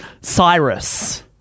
Cyrus